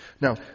Now